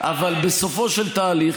אבל בסופו של תהליך,